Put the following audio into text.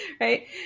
Right